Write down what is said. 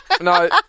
No